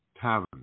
Tavern